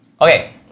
Okay